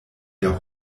der